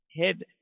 head